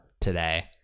today